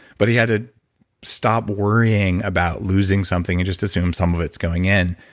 but he had to stop worrying about losing something. he just assumed some of it's going in.